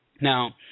Now